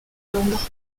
londres